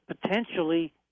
potentially